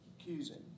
accusing